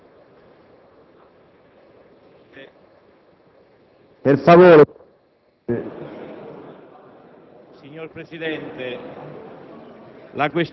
per favore.